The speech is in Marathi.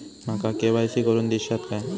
माका के.वाय.सी करून दिश्यात काय?